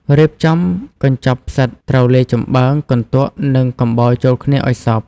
រៀបចំកញ្ចប់ផ្សិតត្រូវលាយចម្បើង កន្ទក់ និងកំបោរចូលគ្នាឲ្យសព្វ។